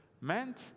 meant